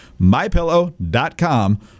MyPillow.com